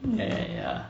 ya ya